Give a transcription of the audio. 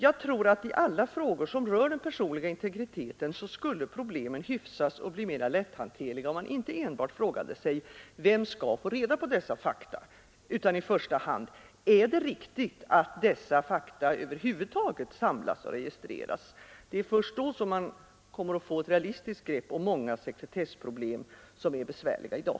Jag tror att i alla frågor som rör den personliga integriteten skulle problemen hyfsas och bli mera lätthanterliga, om man inte enbart frågade sig vem som skall få reda på dessa fakta, utan i första hand ställde frågan: Är det riktigt att dessa fakta över huvud taget samlas och registreras? Först då kommer man att få ett realistiskt grepp om många sekretessproblem, som är besvärliga i dag.